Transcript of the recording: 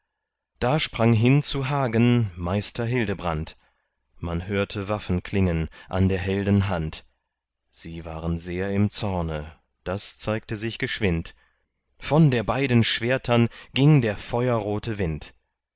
da sprang hin zu hagen meister hildebrand man hörte waffen klingen an der helden hand sie waren sehr im zorne das zeigte sich geschwind von der beiden schwertern ging der feuerrote wind